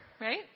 right